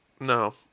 No